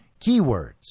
keywords